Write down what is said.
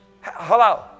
Hello